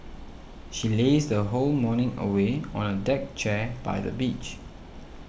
she lazed her whole morning away on a deck chair by the beach